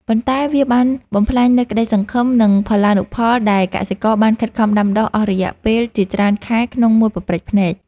ប៉ុន្តែវាបានបំផ្លាញនូវក្ដីសង្ឃឹម និងផល្លានុផលដែលកសិករបានខិតខំដាំដុះអស់រយៈពេលជាច្រើនខែក្នុងមួយប៉ព្រិចភ្នែក។